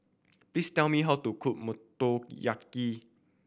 please tell me how to cook Motoyaki